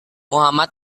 muhammad